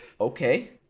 Okay